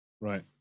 Right